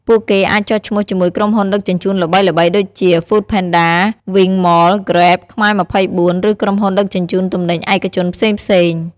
ពួកគេអាចចុះឈ្មោះជាមួយក្រុមហ៊ុនដឹកជញ្ជូនល្បីៗដូចជា ហ្វូដផេនដា, វីង ម៉ល, ហ្គ្រេប , ខ្មែរ២៤ ឬក្រុមហ៊ុនដឹកជញ្ជូនទំនិញឯកជនផ្សេងៗ។